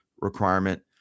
requirement